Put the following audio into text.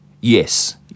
Yes